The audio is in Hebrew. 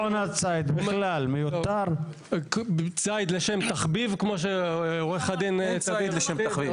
מפעל ראוי, בסדר, רישיון לציד זה סימן שאלה.